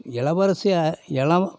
இலவரிசிய எலம்